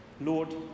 Lord